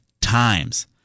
times